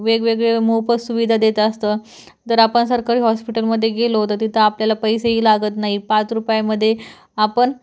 वेगवेगळे मोफत सुविधा देत असतं जर आपण सरकारी हॉस्पिटलमध्ये गेलो तर तिथं आपल्याला पैसेही लागत नाही पाच रुपयांमध्ये आपण